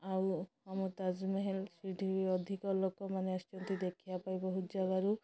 ଆଉ ଆମ ତାଜମହଲ ସେଇଠି ବି ଅଧିକ ଲୋକମାନେ ଆସୁଛନ୍ତି ଦେଖିବା ପାଇଁ ବହୁତ ଜାଗାରୁ